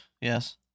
yes